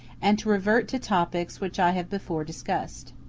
and to revert to topics which i have before discussed.